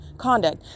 conduct